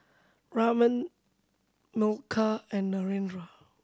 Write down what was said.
Raman Milkha and Narendra